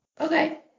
Okay